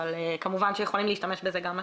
אבל כמובן שיכולים להשתמש בזה גם השאר.